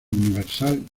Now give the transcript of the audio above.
universal